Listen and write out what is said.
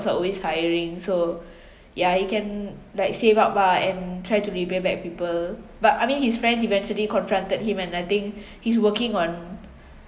are always hiring so yeah he can like save up ah and try to repay back people but I mean his friends eventually confronted him and I think he's working on